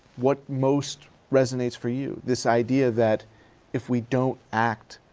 what most resonates for you? this idea that if we don't act,